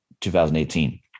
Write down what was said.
2018